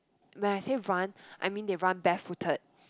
when I say run I mean they run barefooted